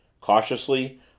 Cautiously